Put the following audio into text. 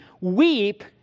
weep